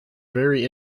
very